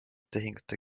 tehingute